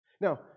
Now